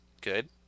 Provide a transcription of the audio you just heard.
good